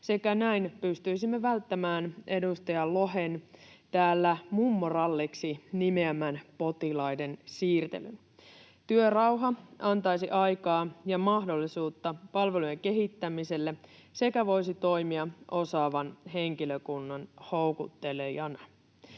Näin pystyisimme välttämään edustaja Lohen täällä mummoralliksi nimeämän potilaiden siirtelyn. Työrauha antaisi aikaa ja mahdollisuutta palvelujen kehittämiselle sekä voisi toimia osaavan henkilökunnan houkuttelijana.